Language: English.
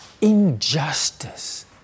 Injustice